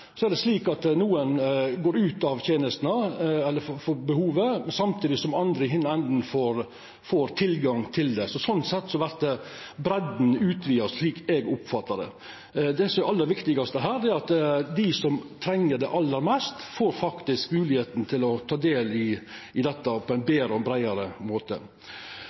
Så er det slik at nokre går ut av tenestene eller behovet, samtidig som andre i hin enden får tilgang til det. Sånn sett vert breidda utvida, slik eg oppfattar det. Det som er det aller viktigaste her, er at dei som treng det aller mest, faktisk får moglegheita til å ta del i dette på ein betre og breiare måte.